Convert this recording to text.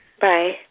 Bye